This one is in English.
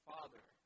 Father